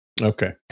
okay